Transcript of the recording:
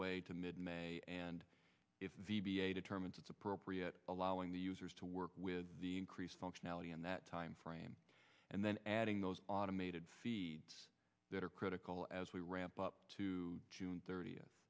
way to mid may and determines it's appropriate allowing the users to work with the increased functionality in that timeframe and then adding those automated feeds that are critical as we ramp up to june thirtieth